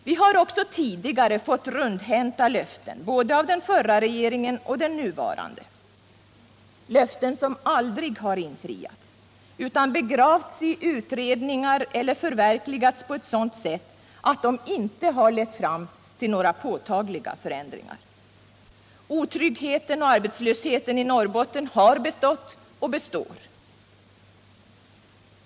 Vi har också tidigare fått rundhänta löften, både av den förra regeringen och av den nuvarande — löften som aldrig har infriats, utan begravts i utredningar eller förverkligats på ett sådant sätt att de inte har lett till några påtagliga förändringar. Otryggheten och arbetslösheten i Norrbotten har bestått och består.